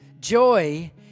Joy